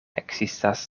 ekzistas